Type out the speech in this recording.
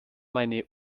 meine